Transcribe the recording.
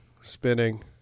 Spinning